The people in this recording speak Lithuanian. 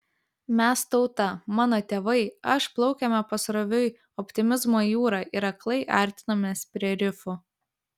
mes tauta mano tėvai aš plaukėme pasroviui optimizmo jūra ir aklai artinomės prie rifų